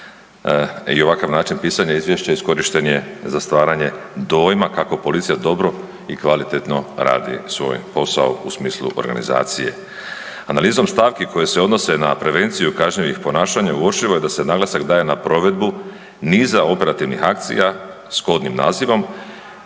i ovakav način pisanja izvješća iskorišten je za stvaranje dojma kako policija dobro i kvalitetno radi svoj posao u smislu organizacije. Analizom stavki koje se odnose na prevenciju kaznenih ponašanja uočljivo je da se naglasak daje na provedbu niza operativnih akcija s kodnim nazivom